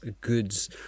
goods